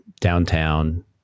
downtown